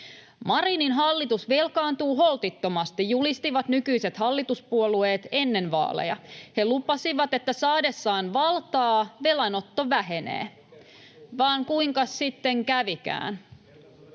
”Marinin hallitus velkaantuu holtittomasti”, julistivat nykyiset hallituspuolueet ennen vaaleja. He lupasivat, että saadessaan valtaa velanotto vähenee. Vaan kuinkas sitten kävikään?